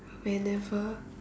whenever